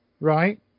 right